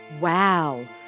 wow